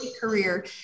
career